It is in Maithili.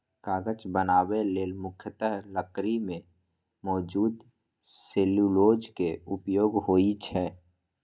कागज बनबै लेल मुख्यतः लकड़ी मे मौजूद सेलुलोज के उपयोग होइ छै